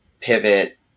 pivot